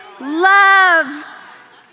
Love